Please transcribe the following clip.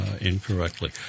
incorrectly